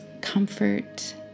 comfort